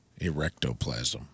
Erectoplasm